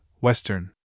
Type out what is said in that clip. Western